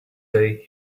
day